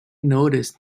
noticed